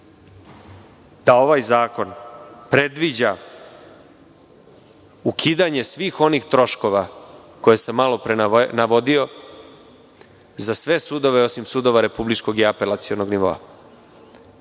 da ovaj zakon predviđa ukidanje svih onih troškova koje sam malopre navodio za sve sudove, osim sudova republičkog i apelacionog nivoa.